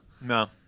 No